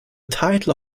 title